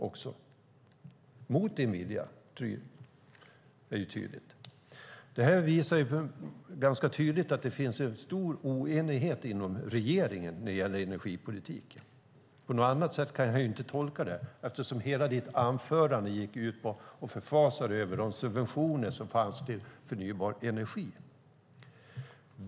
Det är tydligt att det var mot din vilja. Det visar ganska tydligt att det finns en stor oenighet inom regeringen när det gäller energipolitiken. På något annat sätt kan jag inte tolka det. Hela ditt anförande gick ut på att du förfasade dig över de subventioner som fanns till förnybar energi.